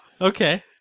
Okay